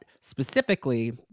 specifically